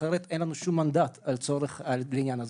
אחרת אין לנו שום מנדט על העניין הזה,